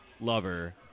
lover